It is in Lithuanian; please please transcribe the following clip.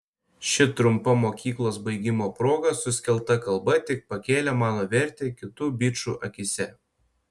ši trumpa mokyklos baigimo proga suskelta kalba tik pakėlė mano vertę kitų bičų akyse